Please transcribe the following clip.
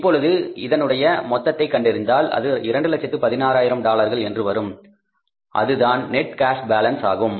இப்பொழுது இதனுடைய மொத்தத்தை கண்டறிந்தால் அது 216000 டாலர்கள் என்று வரும் அதுதான் நெட் கேஷ் பாலன்ஸ் ஆகும்